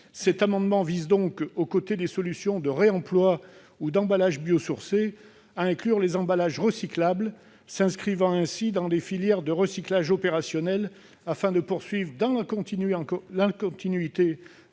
Cet amendement vise donc, aux côtés des solutions de réemploi ou d'utilisation d'emballages biosourcés, à inclure les emballages recyclables s'inscrivant dans des filières de recyclage opérationnelles, afin de poursuivre, dans la continuité